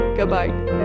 Goodbye